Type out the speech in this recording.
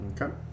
Okay